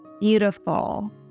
beautiful